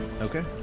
Okay